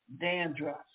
dandruff